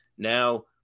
Now